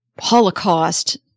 Holocaust